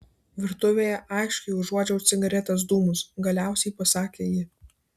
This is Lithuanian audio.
virtuvėje aiškiai užuodžiau cigaretės dūmus galiausiai pasakė ji